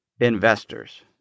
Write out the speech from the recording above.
investors